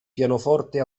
pianoforte